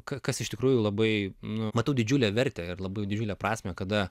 kas iš tikrųjų labai nu matau didžiulę vertę ir labai didžiulę prasmę kada